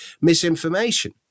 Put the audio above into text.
misinformation